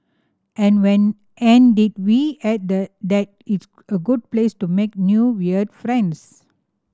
an when and did we add the that it's a good place to make new weird friends